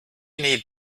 need